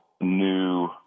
new